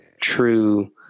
true